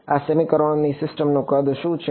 આ સમીકરણોની સિસ્ટમનું કદ શું છે